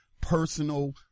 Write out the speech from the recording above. personal